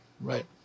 Right